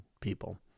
people